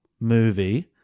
movie